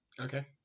Okay